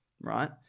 right